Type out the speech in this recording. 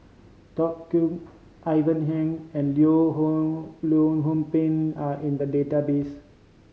Tony Khoo Ivan Heng and Hong Leong Hong Pin are in the database